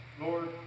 Lord